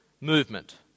movement